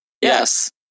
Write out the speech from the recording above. Yes